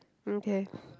okay